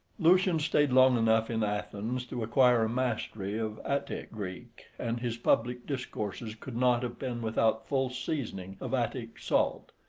lucian stayed long enough in athens to acquire a mastery of attic greek, and his public discourses could not have been without full seasoning of attic salt.